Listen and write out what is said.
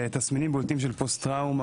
תסמינים בולטים של פוסט טראומה,